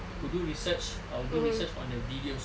to do research I will do research on the videos